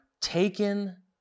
taken